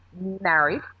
married